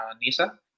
Nisa